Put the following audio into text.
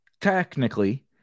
Technically